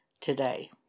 today